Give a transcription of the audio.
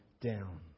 down